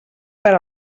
per